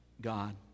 God